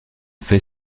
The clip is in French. fait